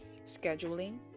scheduling